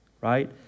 right